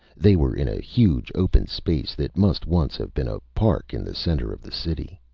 they were in a huge open space that must once have been a park in the center of the city.